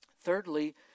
Thirdly